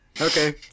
Okay